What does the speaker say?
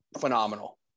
Phenomenal